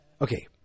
Okay